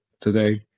today